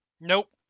Nope